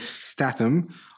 Statham